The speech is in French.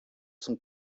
son